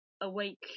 awake